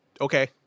Okay